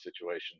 situation